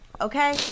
Okay